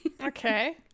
Okay